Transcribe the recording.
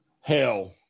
hell